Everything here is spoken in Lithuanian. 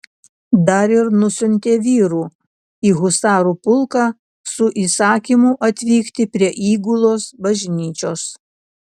dar ir nusiuntė vyrų į husarų pulką su įsakymu atvykti prie įgulos bažnyčios